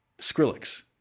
Skrillex